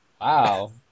Wow